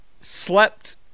Slept